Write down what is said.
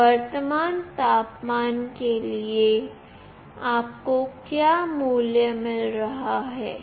उस वर्तमान तापमान के लिए आपको क्या मूल्य मिल रहा है